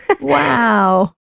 Wow